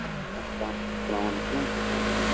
اَسلام السلامُ علیکُم